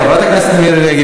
חברת הכנסת מירי רגב,